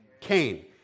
Cain